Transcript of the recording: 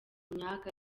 myanya